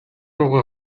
руугаа